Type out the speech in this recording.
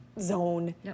zone